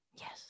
Yes